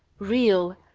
real,